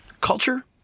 Culture